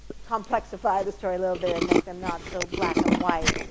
complexify the story a little bit and make them not so black and white.